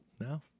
No